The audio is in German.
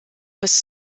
bis